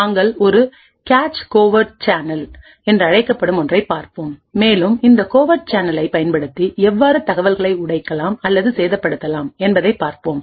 நாங்கள் ஒரு cache covert சேனல்என்று அழைக்கப்படும் ஒன்றைப் பார்ப்போம் மேலும் இந்த கோவர்ட் சேனலைபயன்படுத்தி எவ்வாறு தகவல்களை உடைக்கலாம் அல்லது சேதப்படுத்தலாம் என்பதைப் பார்ப்போம்